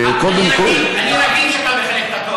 אני רגיל שאתה מכנה,